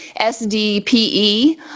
SDPE